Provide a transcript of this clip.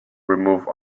remove